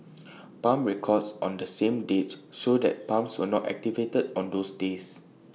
pump records on the same dates show that the pumps were not activated on those days